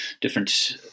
different